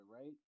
right